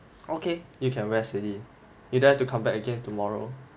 okay you can rest already you don't have to come back again tomorrow